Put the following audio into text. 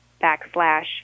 backslash